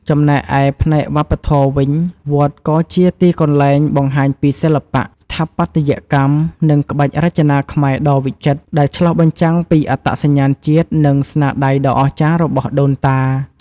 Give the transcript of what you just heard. ចំណែកឯផ្នែកវប្បធម៌វិញ វត្តក៏ជា ទីកន្លែងបង្ហាញពីសិល្បៈ ស្ថាបត្យកម្ម និងក្បាច់រចនាខ្មែរ ដ៏វិចិត្រ ដែលឆ្លុះបញ្ចាំងពីអត្តសញ្ញាណជាតិ និងស្នាដៃដ៏អស្ចារ្យរបស់ដូនតា។